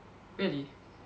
really